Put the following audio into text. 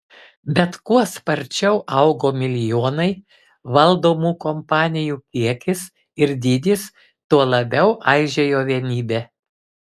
bet kuo sparčiau augo milijonai valdomų kompanijų kiekis ir dydis tuo labiau aižėjo vienybė